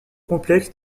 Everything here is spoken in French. complexe